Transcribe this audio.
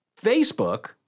Facebook